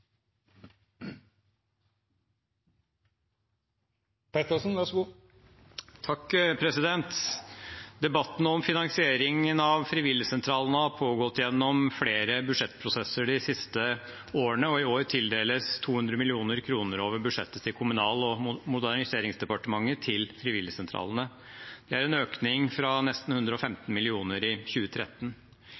Debatten om finansieringen av frivilligsentralene har pågått gjennom flere budsjettprosesser de siste årene, og i år tildeles 200 mill. kr over budsjettet til Kommunal- og moderniseringsdepartementet til frivilligsentralene. Det er en økning fra nesten 115 mill. kr i 2013.